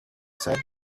said